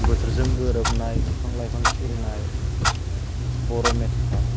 बोथोरजों गोरोबनाय बिफां लाइफां सिरिनाय बर'मेथाइ